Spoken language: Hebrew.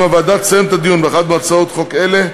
אם הוועדה תסיים את הדיון באחת מהצעות חוק אלה,